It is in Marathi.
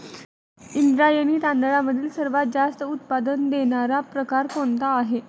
इंद्रायणी तांदळामधील सर्वात जास्त उत्पादन देणारा प्रकार कोणता आहे?